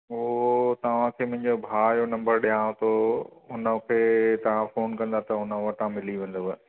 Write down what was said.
पोइ तव्हांखे मुंहिजो भाऊ जो नंबर ॾियांव थो हुनखे तव्हां फ़ोन कंदा त हुन वटां मिली वेंदव